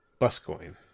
Buscoin